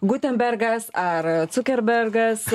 gutenbergas ar cukerbergas